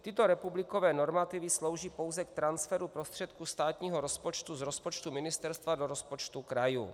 Tyto republikové normativy slouží pouze k transferu prostředků státního rozpočtu z rozpočtu ministerstva do rozpočtu krajů.